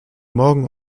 morgen